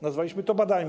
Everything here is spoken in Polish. Nazwaliśmy to badaniem.